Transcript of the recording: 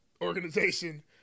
organization